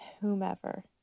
whomever